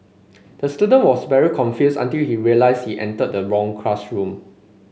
the student was very confused until he realised he entered the wrong classroom